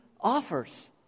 offers